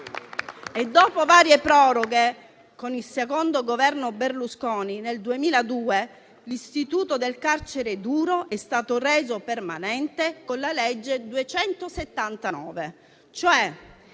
dopo varie proroghe, con il secondo Governo Berlusconi, nel 2002 l'istituto del carcere duro è stato reso permanente con la legge n.